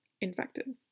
infected